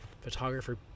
photographer